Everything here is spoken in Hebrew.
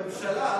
הממשלה.